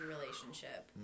relationship